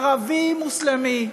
ערבי מוסלמי.